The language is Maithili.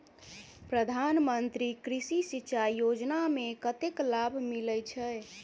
प्रधान मंत्री कृषि सिंचाई योजना मे कतेक लाभ मिलय छै?